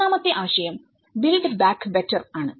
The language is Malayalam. മൂന്നാമത്തെ ആശയം ബിൽഡ് ബാക്ക് ബെറ്റർ ആണ്